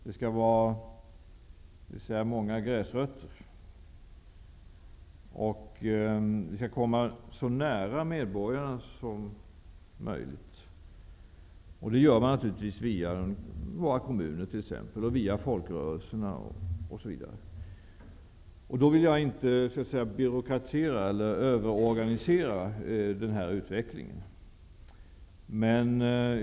Det skall vara många gräsrötter, och vi skall komma så nära medborgarna som möjligt. Det gör vi naturligtvis via våra kommuner, folkrörelserna osv. Jag vill inte byråkratisera eller överorganisera den här utvecklingen.